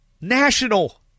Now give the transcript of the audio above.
national